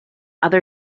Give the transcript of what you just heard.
other